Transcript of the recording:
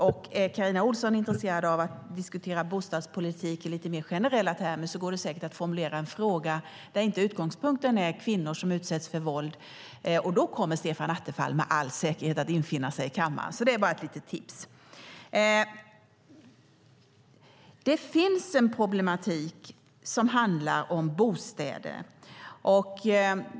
Om Carina Ohlsson är intresserad av att diskutera bostadspolitik i lite mer generella termer går det säkert att formulera en fråga där utgångspunkten inte är kvinnor som utsätts för våld, och då kommer Stefan Attefall med all säkerhet att infinna sig i kammaren. Det är ett litet tips. Det finns en problematik som handlar om bostäder.